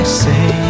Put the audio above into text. say